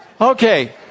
okay